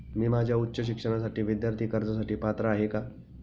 मी माझ्या उच्च शिक्षणासाठी विद्यार्थी कर्जासाठी पात्र आहे का?